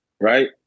Right